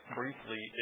briefly